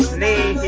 may